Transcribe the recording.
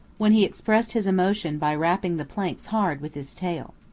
when he expressed his emotion by rapping the planks hard with his tail.